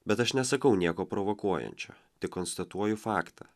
bet aš nesakau nieko provokuojančio tik konstatuoju faktą